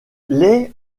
les